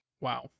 Wow